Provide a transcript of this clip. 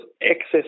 excess